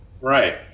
Right